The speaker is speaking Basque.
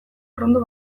urrundu